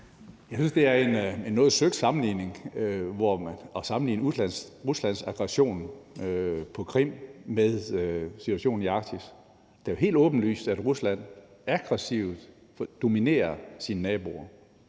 Jeg synes, det er en noget søgt sammenligning at sammenligne Ruslands aggression på Krim med situationen i Arktis. Det er helt åbenlyst, at Rusland aggressivt dominerer sine naboer.